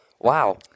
wow